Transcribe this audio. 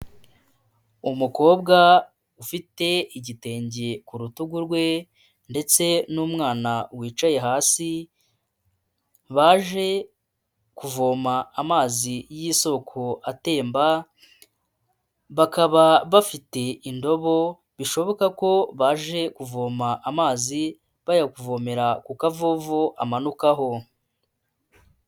Umukobwa ufite igitenge ku rutugu rwe ndetse n'umwana wicaye hasi, baje kuvoma amazi y'isoko atemba. Bakaba bafite indobo bishoboka ko baje kuvoma amazi, bayavomera ku kavovu amanukaho.